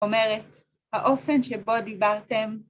‫אומרת, האופן שבו דיברתם,